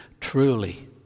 truly